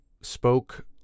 spoke